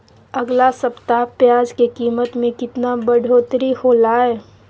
अगला सप्ताह प्याज के कीमत में कितना बढ़ोतरी होलाय?